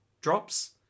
drops